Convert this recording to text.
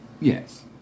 Yes